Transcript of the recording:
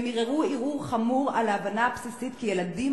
הם ערערו ערעור חמור על ההבנה הבסיסית כי ילדים,